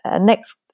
next